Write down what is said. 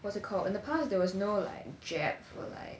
what's it called in the past there was no like jab for like